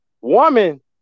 Woman